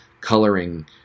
coloring